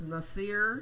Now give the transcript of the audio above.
Nasir